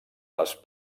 les